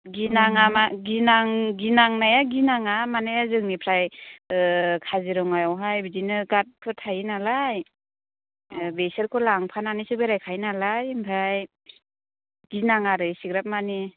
गिनाङा मा गिनां गिनांनायया गिनाङा माने जोंनिफ्राय काजिरङायावहाय बिदिनो गार्डफोर थायो नालाय बेसोरखौ लांफानानैसो बेरायखायो नालाय ओमफ्राय गिनाङा आरो इसिग्राब मानि